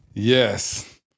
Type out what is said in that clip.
Yes